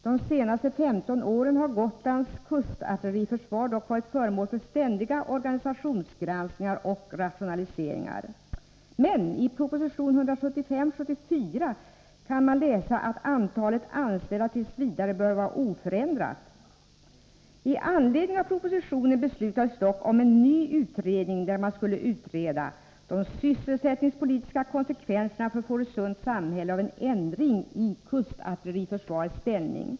De senaste 15 åren har Gotlands kustartilleriförsvar dock varit föremål för ständiga organisationsgranskningar och rationaliseringar. Men i proposition 1974 KA 3t. v. bör vara oförändrat. I anledning av propositionen beslutades dock om en ny utredning, där man skulle utreda ”de sysselsättningspolitiska konsekvenserna för Fårösunds samhälle av en ändring i kustartilleriförsvarets ställning”.